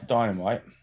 Dynamite